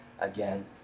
again